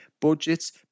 budgets